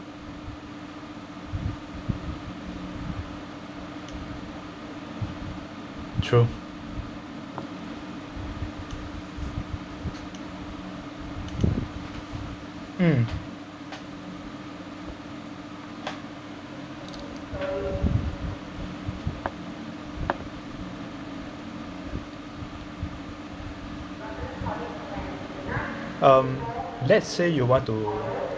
true mm um let's say you want to